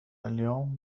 اليوم